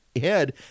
head